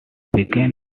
began